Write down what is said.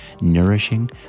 nourishing